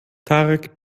tarek